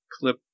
clip